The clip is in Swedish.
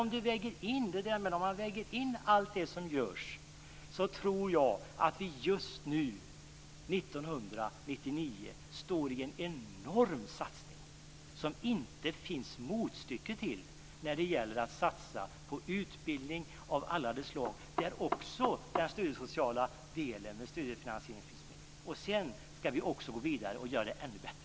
Men om man väger in allt det som görs tror jag att vi just nu, 1999, står i en enorm satsning som det inte finns motstycke till när det gäller att satsa på utbildning av alla de slag, där också den studiesociala delen med studiefinansiering finns med. Sedan skall vi gå vidare och göra det ännu bättre.